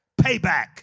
Payback